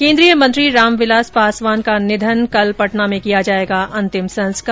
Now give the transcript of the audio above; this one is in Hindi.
केन्द्रीय मंत्री रामविलास पासवान का निधन कल पटना में किया जाएगा अंतिम संस्कार